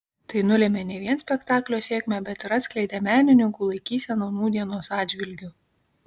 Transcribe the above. tai nulėmė ne vien spektaklio sėkmę bet ir atskleidė menininkų laikyseną nūdienos atžvilgiu